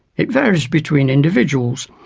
it varies between individuals,